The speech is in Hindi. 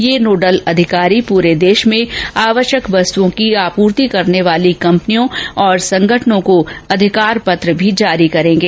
ये नोडल अधिकारी पूरे देश में आवश्यक वस्तुओं की आपूर्ति करने वाली कंपनियों और संगठनों को अधिकार पत्र भी जारी करेंगे